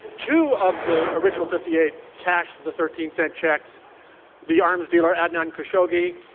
two of the original fifty eight cashed the thirteen cent checks the arms dealer, adnan khashoggi,